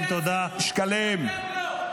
תודה רבה.